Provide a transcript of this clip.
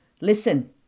Listen